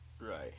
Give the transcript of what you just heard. right